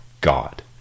God